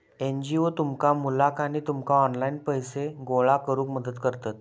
NGO तुमच्या मुलाक आणि तुमका ऑनलाइन पैसे गोळा करूक मदत करतत